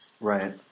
Right